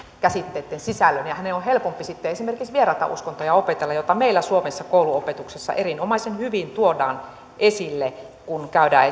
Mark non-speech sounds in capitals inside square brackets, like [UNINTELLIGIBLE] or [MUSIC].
käsitteitten sisällön hänen on sitten helpompi esimerkiksi vieraita uskontoja opetella joita meillä suomessa kouluopetuksessa erinomaisen hyvin tuodaan esille kun käydään [UNINTELLIGIBLE]